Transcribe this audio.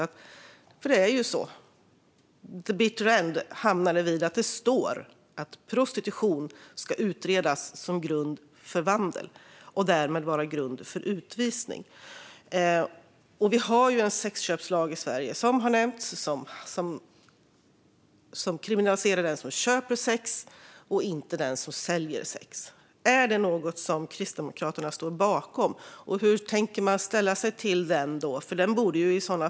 In the bitter end hamnar vi nämligen vid att det står att man ska utreda möjligheten att se prostitution som bristande vandel och därmed grund för utvisning. Som har nämnts har vi en sexköpslag i Sverige som kriminaliserar den som köper sex, inte den som säljer sex. Är den lagen något som Kristdemokraterna står bakom, och hur tänker man i så fall ställa sig till detta?